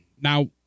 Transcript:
now